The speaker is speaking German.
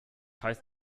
heißt